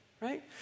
Right